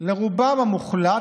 לרובם המוחלט,